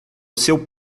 seu